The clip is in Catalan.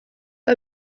que